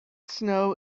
snow